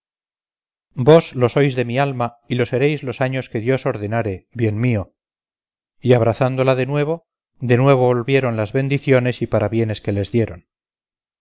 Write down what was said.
vos lo sois de mi alma y lo seréis los años que dios ordenare bien mío y abrazándola de nuevo de nuevo volvieron las bendiciones y parabienes que les dieron